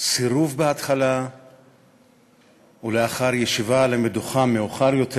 סירוב בהתחלה ולאחר ישיבה על המדוכה מאוחר יותר.